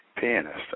pianist